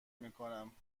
میکنم